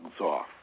off